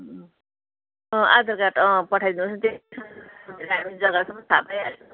आधारकार्ड पठाइदिनुहोस् न